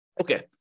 Okay